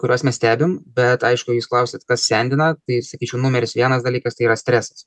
kuriuos mes stebim bet aišku jūs klausėt kas sendina tai sakyčiau numeris vienas dalykas tai yra stresas